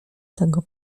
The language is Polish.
tego